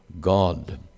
God